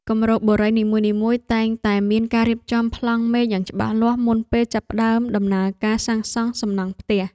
គម្រោងបុរីនីមួយៗតែងតែមានការរៀបចំប្លង់មេយ៉ាងច្បាស់លាស់មុនពេលចាប់ផ្តើមដំណើរការសាងសង់សំណង់ផ្ទះ។